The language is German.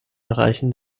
erreichen